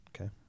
Okay